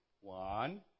one